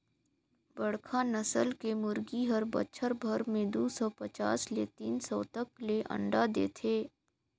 बड़खा नसल के मुरगी हर बच्छर भर में दू सौ पचास ले तीन सौ तक ले अंडा देथे